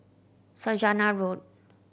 Saujana Road